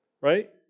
Right